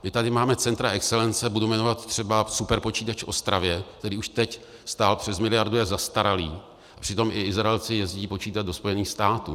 My tady máme centra excelence, budu jmenovat třeba superpočítač v Ostravě, který už teď stál přes miliardu a je zastaralý, přitom i Izraelci jezdí počítat do Spojených států.